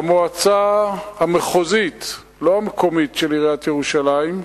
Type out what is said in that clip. המועצה המחוזית, לא המקומית של עיריית ירושלים,